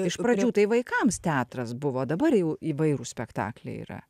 iš pradžių tai vaikams teatras buvo dabar jau įvairūs spektakliai yra